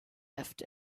left